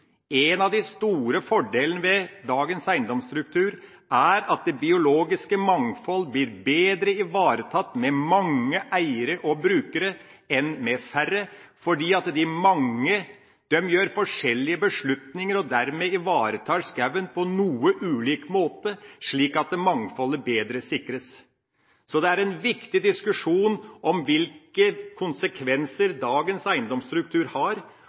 En av de store fordelene ved dagens eiendomsstruktur er at det biologiske mangfold blir bedre ivaretatt med mange eiere og brukere enn med færre, fordi de mange tar forskjellige beslutninger og dermed ivaretar skogen på noe ulik måte, slik at mangfoldet sikres bedre. Hvilke konsekvenser dagens eiendomsstruktur har,